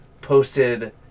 posted